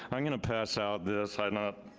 i'm gonna pass out this. i'm not,